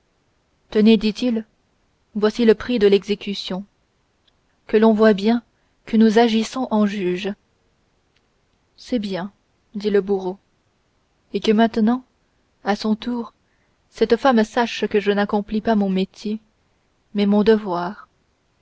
tenez dit-il voici le prix de l'exécution que l'on voie bien que nous agissons en juges c'est bien dit le bourreau et que maintenant à son tour cette femme sache que je n'accomplis pas mon métier mais mon devoir